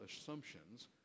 assumptions